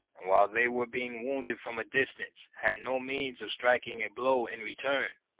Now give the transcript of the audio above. and while they were being wounded from a distance, had no means of striking a blow in return,